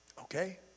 Okay